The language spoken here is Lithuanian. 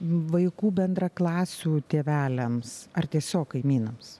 vaikų bendraklasių tėveliams ar tiesiog kaimynams